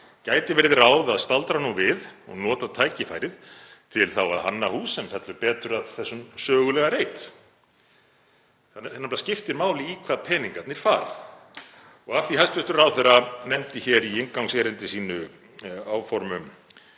Gæti verið ráð að staldra nú við og nota tækifærið til að hanna hús sem fellur betur að þessum sögulega reit? Það nefnilega skiptir máli í hvað peningarnir fara. Hæstv. ráðherra nefndi hér í inngangserindi sínu áform um